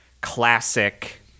classic